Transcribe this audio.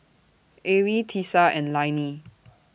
Arie Tisa and Lainey